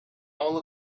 all